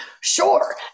Sure